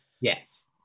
Yes